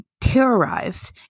terrorized